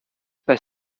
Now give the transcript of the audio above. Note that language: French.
pas